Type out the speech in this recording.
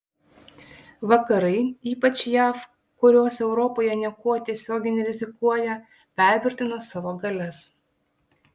vakarai ypač jav kurios europoje niekuo tiesiogiai nerizikuoja pervertino savo galias